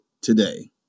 today